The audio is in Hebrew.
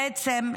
בעצם,